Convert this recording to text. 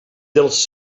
dels